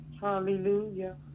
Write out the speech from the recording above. Hallelujah